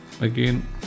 again